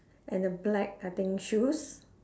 and the black I think shoes